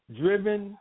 driven